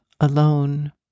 alone